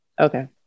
okay